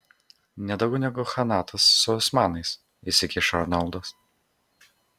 nedaugiau negu chanatas su osmanais įsikišo arnoldas